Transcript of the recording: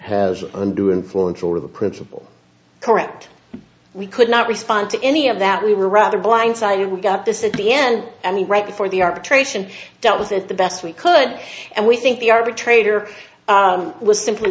has undue influence or the principal correct we could not respond to any of that we were rather blindsided we got this at the end and right before the arbitration done was that the best we could and we think the arbitrator was simply